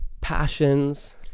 passions